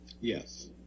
Yes